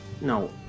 No